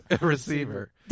receiver